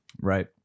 Right